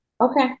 okay